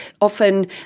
Often